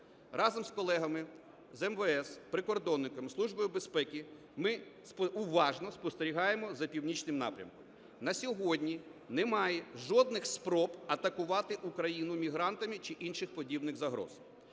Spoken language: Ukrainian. Разом з колегами, з МВС, прикордонниками, Службою безпеки ми уважно спостерігаємо за північним напрямком. На сьогодні немає жодних спроб атакувати Україну мігрантами чи інших подібних загроз.